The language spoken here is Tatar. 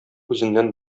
үзеннән